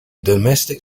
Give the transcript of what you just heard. domestic